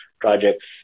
projects